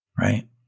Right